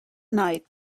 night